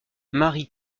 marie